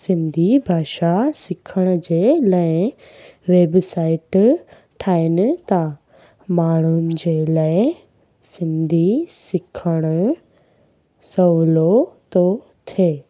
सिंधी भाषा सिखण जे लाइ वेबसाइट ठाहिनि था माण्हुनि जे लाइ सिंधी सिखणु सहुलो थो थिए